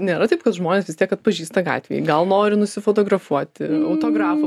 nėra taip kad žmonės vis tiek atpažįsta gatvėj gal nori nusifotografuoti autografų